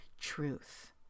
truth